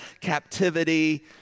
captivity